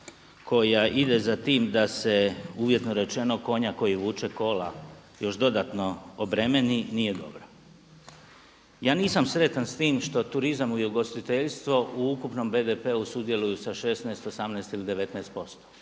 koja ide za tim da se uvjetno rečeno konja koji vuče kola još dodatno obremeni nije dobra. Ja nisam sretan s tim što turizam i ugostiteljstvo u ukupnom BDP-u sudjeluju sa 16, 18 ili 19